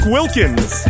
Wilkins